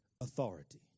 authority